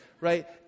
Right